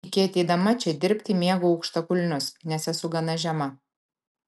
iki ateidama čia dirbti mėgau aukštakulnius nes esu gana žema